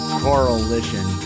coalition